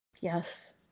Yes